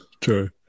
True